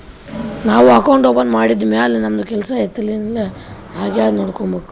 ನಾವು account open ಮಾಡದ್ದ್ ಮ್ಯಾಲ್ ನಮ್ದು ಕೆಲ್ಸಾ ಎಲ್ಲಿತನಾ ಆಗ್ಯಾದ್ ಅಂತ್ ನೊಡ್ಬೋದ್